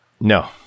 No